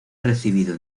recibido